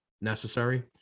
necessary